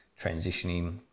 transitioning